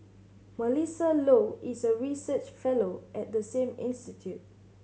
Melissa Low is a research fellow at the same institute